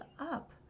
up